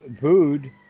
food